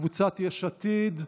קבוצת יש עתיד,